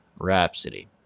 Rhapsody